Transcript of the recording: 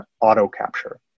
auto-capture